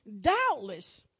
doubtless